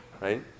right